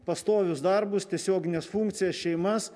pastovius darbus tiesiogines funkcijas šeimas